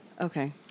Okay